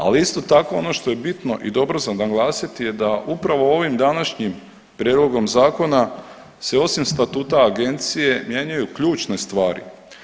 Ali isto tako ono što je bitno i dobro za naglasiti je da upravo ovim današnjim prijedlogom zakona se osim Statuta agencije mijenjaju ključne stvari.